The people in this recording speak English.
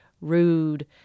rude